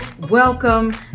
welcome